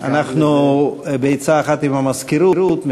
בעצה אחת עם המזכירות,